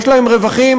יש להם רווחים.